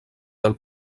del